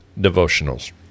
devotionals